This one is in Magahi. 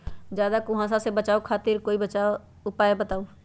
ज्यादा कुहासा से बचाव खातिर कोई उपाय बताऊ?